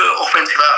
offensive